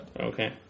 Okay